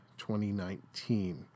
2019